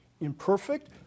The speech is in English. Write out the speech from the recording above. Imperfect